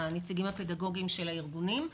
הנציגים הפדגוגיים של הארגונים,